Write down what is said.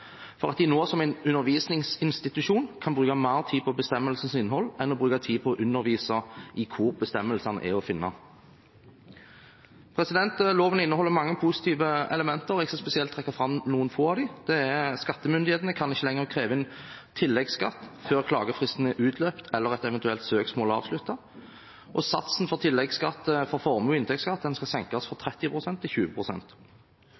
de nå som undervisningsinstitusjon kan bruke mer tid på bestemmelsens innhold enn å bruke tid på å undervise i hvor bestemmelsene er å finne. Loven inneholder mange positive elementer, og jeg skal spesielt trekke fram noen få av dem. Det er: Skattemyndighetene kan ikke lenger kreve inn tilleggsskatt før klagefristen er utløpt eller et eventuelt søksmål er avsluttet, og satsen for tilleggsskatt for formues- og inntektsskatt skal senkes fra